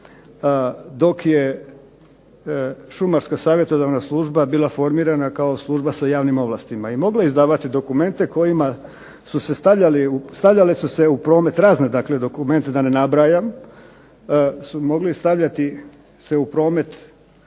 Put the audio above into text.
dok je šumarska savjetodavna služba biti formirana kao služba s javnim ovlastima, i mogla je izdavati dokumente kojima su se stavljale u promet razne dokumente, dakle da ne nabrajam, su mogli stavljati se u promet